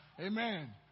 Amen